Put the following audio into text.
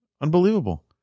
Unbelievable